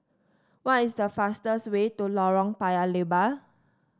what is the fastest way to Lorong Paya Lebar